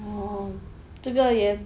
oh 这个也